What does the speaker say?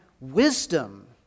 wisdom